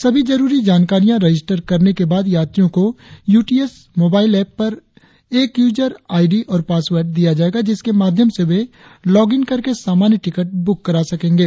सभी जरुरी जानकारियाँ रजिस्टर करने के बाद यात्रियों को U T S mobile app पर एक यूजर आई डी और पासवर्ड दिया जाएगा जिसके माध्यम से वे लॉग इन करके सामान्य टिकट बुक करा सकेंगे